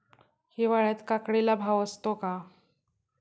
हिवाळ्यात काकडीला भाव असतो का?